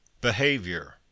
Behavior